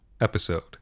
episode